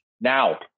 Now